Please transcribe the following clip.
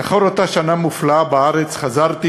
לאחר אותה שנה מופלאה בארץ חזרתי,